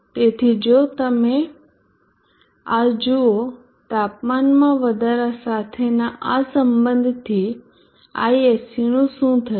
તેથી જો તમે આ જુઓ તાપમાનમાં વધારા સાથેના આ સંબંધથી I sc નું શું થશે